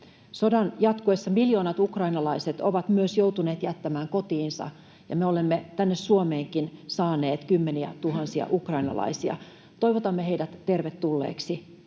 Sodan jatkuessa miljoonat ukrainalaiset ovat myös joutuneet jättämään kotinsa, ja me olemme tänne Suomeenkin saaneet kymmeniä tuhansia ukrainalaisia. Toivotamme heidät tervetulleeksi